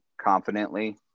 confidently